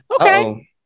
okay